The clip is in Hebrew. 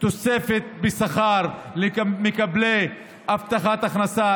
תוספת בשכר למקבלי הבטחת הכנסה.